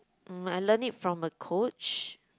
mm I learnt it from a coach